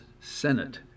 Senate